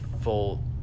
full